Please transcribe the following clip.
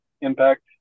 impact